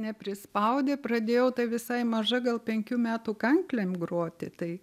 neprispaudė pradėjau tai visai maža gal penkių metų kanklėm groti tai